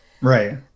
Right